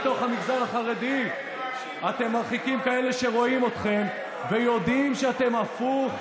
בתוך המגזר החרדי אתם מרחיקים כאלה שרואים אתכם ויודעים שאתם הפוך,